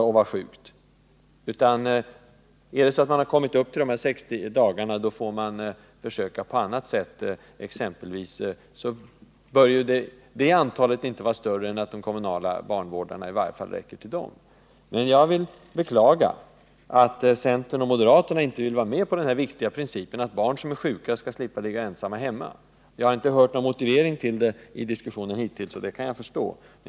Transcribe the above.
För de familjer som har kommit över gränsen 60 dagars föräldraledighet får andra åtgärder prövas. Exempelvis bör det antal barn som berörs härav inte vara större än att de kommunala dagbarnvårdarna räcker för deras behov. Jag beklagar att centern och moderaterna inte vill ställa upp bakom den viktiga principen att sjuka barn skall slippa ligga ensamma hemma. Jag har hittills inte hört någon motivering till den inställningen i denna diskussion, och det är inte svårt att förstå.